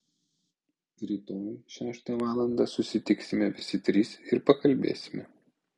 rytoj šeštą valandą susitiksime visi trys ir pakalbėsime